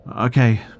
Okay